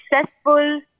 successful